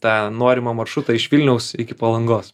tą norimą maršrutą iš vilniaus iki palangos